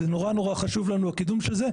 מאוד חשוב לנו הקידום של זה.